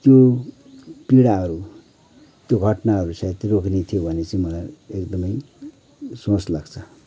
त्यो पिडाहरू त्यो घटनाहरू सायद रोकिने थियो भने भनि चाहिँ मलाई एकदमै सोच लाग्छ